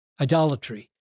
idolatry